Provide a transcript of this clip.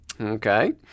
Okay